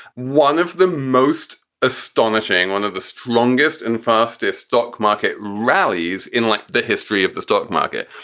one of the most astonishing, one of the strongest and fastest stock market rallies in like the history of the stock market.